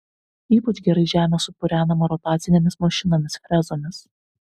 ypač gerai žemė supurenama rotacinėmis mašinomis frezomis